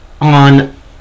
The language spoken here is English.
on